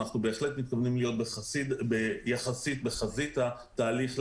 אנחנו בהחלט מתכוונים להיות יחסית בחזית התהליך.